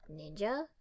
ninja